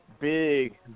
big